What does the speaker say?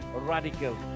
radical